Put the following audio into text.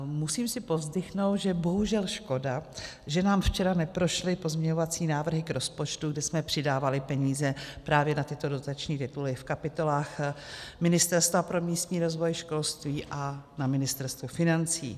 Musím si povzdychnout, že je bohužel škoda, že nám včera neprošly pozměňovací návrhy k rozpočtu, kde jsme přidávali peníze právě na tyto dotační tituly v kapitolách Ministerstva pro místní rozvoj, školství a na Ministerstvu financí.